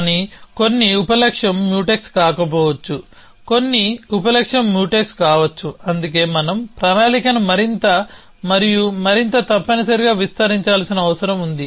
కానీ కొన్ని ఉప లక్ష్యం మ్యూటెక్స్ కాకపోవచ్చు కొన్ని ఉప లక్ష్యం మ్యూటెక్స్ కావచ్చు అందుకే మనం ప్రణాళికను మరింత మరియు మరింత తప్పనిసరిగా విస్తరించాల్సిన అవసరం ఉంది